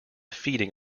feeding